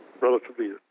relatively